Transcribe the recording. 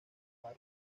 como